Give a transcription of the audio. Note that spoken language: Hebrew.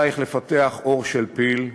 עלייך לפתח עור של פיל,